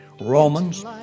Romans